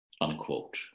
unquote